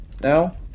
now